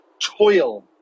toil